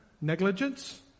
negligence